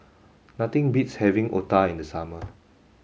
nothing beats having Otah in the summer